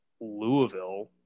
Louisville